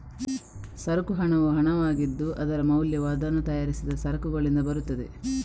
ಸರಕು ಹಣವು ಹಣವಾಗಿದ್ದು, ಅದರ ಮೌಲ್ಯವು ಅದನ್ನು ತಯಾರಿಸಿದ ಸರಕುಗಳಿಂದ ಬರುತ್ತದೆ